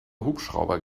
hubschrauber